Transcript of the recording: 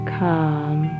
calm